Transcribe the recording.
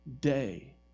day